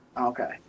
Okay